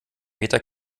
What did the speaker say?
meter